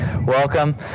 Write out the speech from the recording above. Welcome